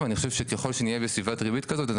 ואני חושב שככל שנהיה בסביבת ריבית כזאת,